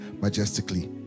majestically